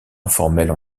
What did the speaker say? informelle